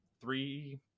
Three